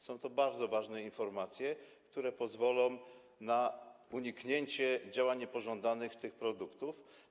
Są to bardzo ważne informacje, które pozwolą na uniknięcie działań niepożądanych tych produktów.